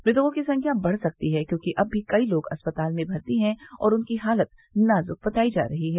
मृतकों की संख्या बढ़ सकती है क्योंकि अब भी कई लोग अस्पताल में भर्ती है और उनकी हालत नाजुक बताई जा रही है